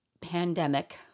pandemic